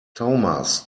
thomas